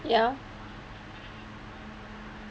ya